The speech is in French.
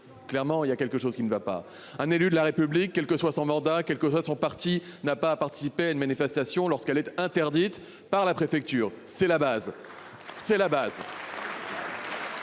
Clairement, il y a quelque chose qui ne va pas un élu de la République, quel que soit son mandat, quelle que soit son parti n'a pas participé à une manifestation lorsqu'elle est interdite par la préfecture. C'est la base. C'est la base.